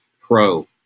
pro